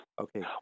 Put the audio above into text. Okay